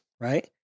right